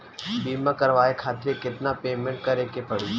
बीमा करावे खातिर केतना पेमेंट करे के पड़ी?